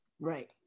Right